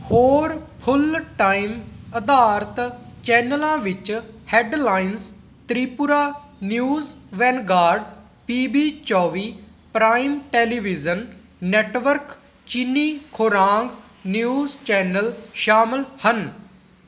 ਹੋਰ full time ਅਧਾਰਿਤ ਚੈਨਲਾਂ ਵਿੱਚ headlines Tripura news vanguard P B ਚੌਵੀ prime television network Chini Khorang news channel ਸ਼ਾਮਲ ਹਨ